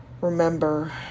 remember